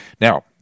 Now